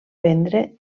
vendre